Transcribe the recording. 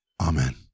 Amen